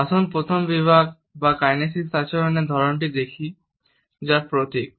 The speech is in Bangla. আসুন প্রথম বিভাগ বা কাইনেসিক আচরণের ধরনটি দেখি যা প্রতীক